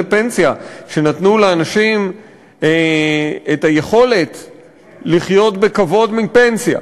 פנסיה שנתנו לאנשים את היכולת לחיות בכבוד מפנסיה.